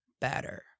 better